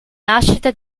nascita